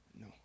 No